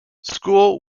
school